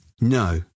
No